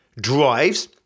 drives